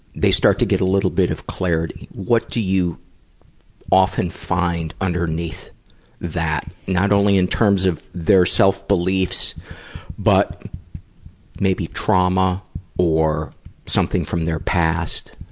they start to get a little bit of clarity. what do you often find underneath that, not only in terms of their self-beliefs but maybe trauma or something from their past?